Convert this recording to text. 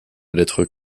lettre